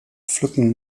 pflücken